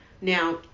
now